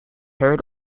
heard